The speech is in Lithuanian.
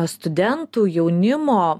studentų jaunimo